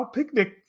picnic